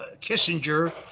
Kissinger